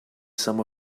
some